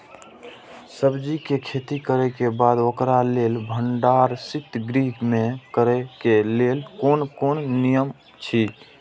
सब्जीके खेती करे के बाद ओकरा लेल भण्डार शित गृह में करे के लेल कोन कोन नियम अछि?